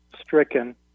stricken